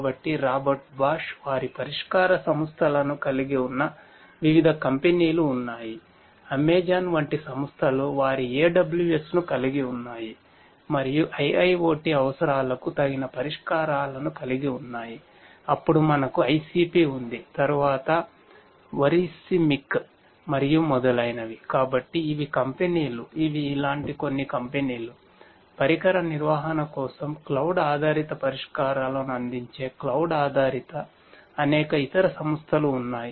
కాబట్టి అది కూడా సులభతరం అవుతుంది కాబట్టి ఈ క్లౌడ్ ఆధారిత అనేక ఇతర సంస్థలు ఉన్నాయి